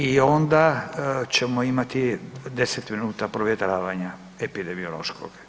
I onda ćemo imati 10 minuta provjetravanja epidemiološkog.